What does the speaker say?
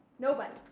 nobody.